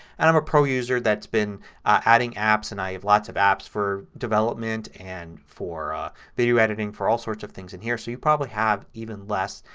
and i'm a pro user that's been adding apps, and i have lots of apps for development and for video editing, for all sorts of things in here. so you probably have even less.